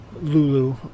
Lulu